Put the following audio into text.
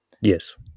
yes